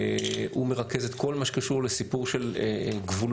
הוא מרכז את כל מה שקשור לסיפור של גבולות,